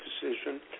decision